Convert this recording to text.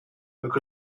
look